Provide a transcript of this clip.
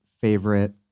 favorite